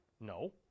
No